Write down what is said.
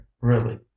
really